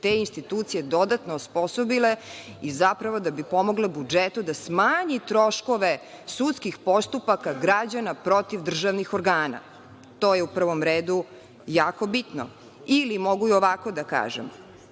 te institucije dodatno osposobile i zapravo da bi pomogle budžetu da smanji troškove sudskih postupaka građana protiv državnih organa, to je u prvom redu jako bitno. Ili, mogu i ovako da kažem